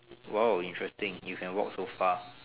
!wow! interesting you can walk so far